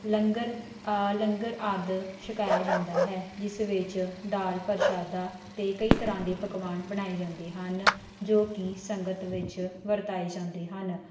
ਲੰਗਰ ਲੰਗਰ ਆਦਿ ਛਕਾਇਆ ਜਾਂਦਾ ਹੈ ਜਿਸ ਵਿੱਚ ਦਾਲ ਪ੍ਰਸ਼ਾਦਾ ਅਤੇ ਕਈ ਤਰ੍ਹਾਂ ਦੇ ਪਕਵਾਨ ਬਣਾਏ ਜਾਂਦੇ ਹਨ ਜੋ ਕਿ ਸੰਗਤ ਵਿੱਚ ਵਰਤਾਏ ਜਾਂਦੇ ਹਨ